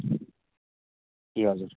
ए हजुर